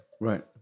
Right